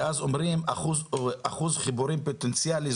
ואז אומרים אחוז חיבורים פוטנציאלי,